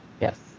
yes